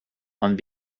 and